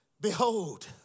Behold